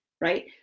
right